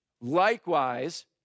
Likewise